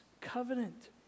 covenant